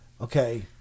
Okay